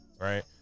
Right